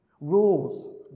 Rules